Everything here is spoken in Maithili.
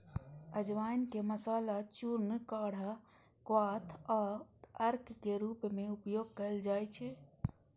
अजवाइन के मसाला, चूर्ण, काढ़ा, क्वाथ आ अर्क के रूप मे उपयोग कैल जाइ छै